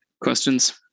questions